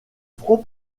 front